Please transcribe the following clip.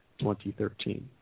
2013